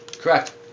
Correct